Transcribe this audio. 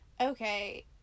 okay